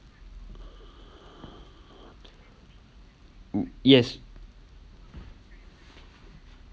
um yes